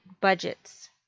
Budgets